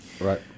right